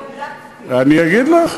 אני אגיד לך.